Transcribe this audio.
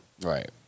Right